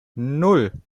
nan